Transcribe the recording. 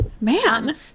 Man